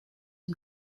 dem